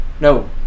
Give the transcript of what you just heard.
no